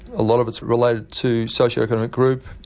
a lot of it's related to socio-economic group,